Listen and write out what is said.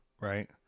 Right